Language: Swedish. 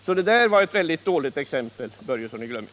Så det där var ett väldigt dåligt exempel, Fritz Börjesson.